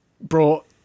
brought